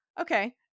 Okay